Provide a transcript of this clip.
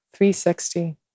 360